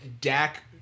Dak